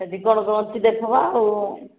ସେଠି କ'ଣ କ'ଣ ଅଛି ଦେଖବା ଆଉ